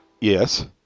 yes